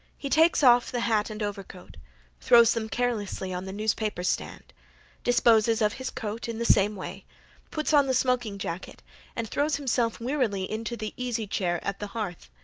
he takes off the hat and overcoat throws them carelessly on the newspaper stand disposes of his coat in the same way puts on the smoking jacket and throws himself wearily into the easy-chair at the hearth.